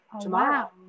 Tomorrow